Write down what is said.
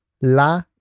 la